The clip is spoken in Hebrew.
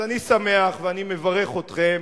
אז אני שמח ואני מברך אתכם